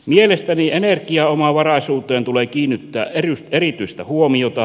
mielestäni energiaomavaraisuuteen tulee kiinnittää erityistä huomiota